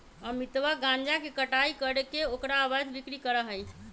अमितवा गांजा के कटाई करके ओकर अवैध बिक्री करा हई